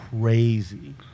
crazy